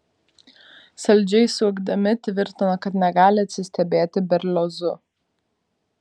saldžiai suokdami tvirtino kad negali atsistebėti berliozu